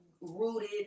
rooted